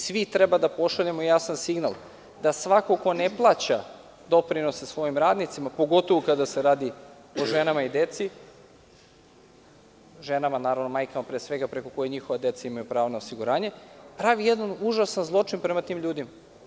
Svi treba da pošaljemo jasan signal, da svako ko ne plaća doprinose svojim radnicima, pogotovo kada se radi o ženama i deci, majkama, pre svega, preko kojih njihova deca imaju pravo na osiguranje, pravi jedan užasan zločin prema tim ljudima.